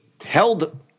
held